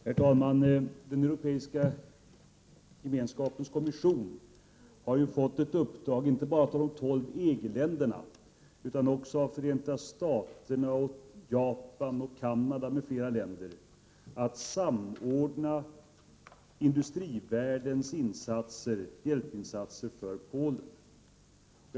Herr talman! Den Europeiska gemenskapens kommission har inte bara av de tolv EG-länderna, utan också av Förenta Staterna, Japan, Canada m.fl. länder, fått i uppdrag att samordna industrivärldens hjälpinsatser för Polen.